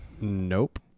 Nope